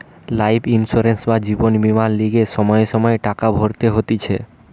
life insurance বা জীবন বীমার লিগে সময়ে সময়ে টাকা ভরতে হতিছে